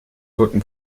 toten